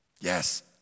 Yes